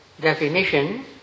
definition